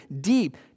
deep